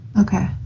Okay